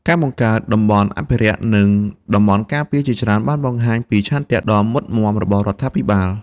ការបង្កើតតំបន់អភិរក្ស និងតំបន់ការពារជាច្រើនបានបង្ហាញពីឆន្ទៈដ៏មុតមាំរបស់រដ្ឋាភិបាល។